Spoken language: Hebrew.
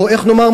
או איך נאמר,